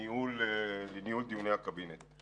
לניהול דיוני הקבינט.